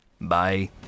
Bye